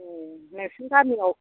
ए नोंसिनि गामियाव